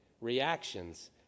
reactions